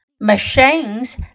Machines